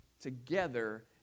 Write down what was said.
together